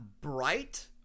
bright